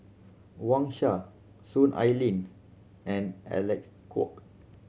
Wang Sha Soon Ai Ling and Alec Kuok